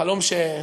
חלום,